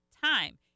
time